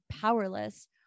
powerless